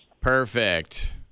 Perfect